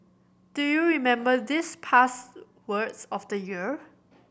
do you remember these past words of the year